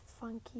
funky